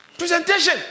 Presentation